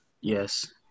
Yes